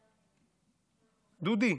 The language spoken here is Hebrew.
דודי,